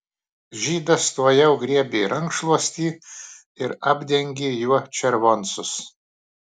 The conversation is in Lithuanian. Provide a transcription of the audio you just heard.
žydas tuojau griebė rankšluostį ir apdengė juo červoncus